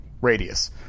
radius